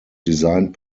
designed